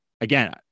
again